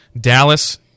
Dallas